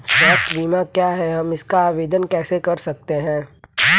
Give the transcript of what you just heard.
स्वास्थ्य बीमा क्या है हम इसका आवेदन कैसे कर सकते हैं?